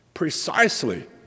precisely